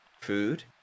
food